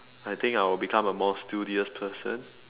I think I would become a more studious person